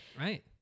right